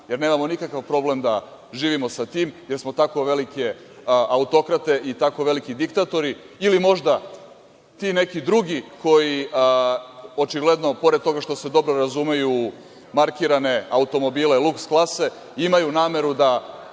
jer nemamo nikakav problem da živimo sa tim, jer smo tako velike autokrate i tako veliki diktatori, ili možda ti neki drugi koji očigledno pored toga što se dobro razumeju u markirane automobile luks klase imaju nameru da